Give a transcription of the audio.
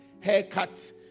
haircut